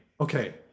Okay